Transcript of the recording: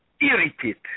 irritate